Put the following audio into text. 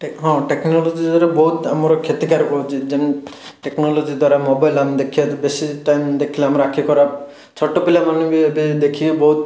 take ହଁ technology ଦ୍ଵାରା ବହୁତ ଆମର କ୍ଷତିକାରକ ହେଉଛି ଯେମ ଟେକ୍ନୋଲୋଜି ଦ୍ଵାରା ମୋବାଇଲ୍ ଆମେ ଦେଖିବାରୁ ବେଶୀ ଟାଇମ୍ ଦେଖିଲେ ଆମର ଆଖି ଖରାପ ଛୋଟ ପିଲାମାନେ ବି ଏବେ ଦେଖିକି ବହୁତ